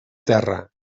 terra